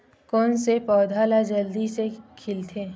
कोन से पौधा ह जल्दी से खिलथे?